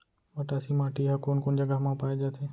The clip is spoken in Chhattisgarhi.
मटासी माटी हा कोन कोन जगह मा पाये जाथे?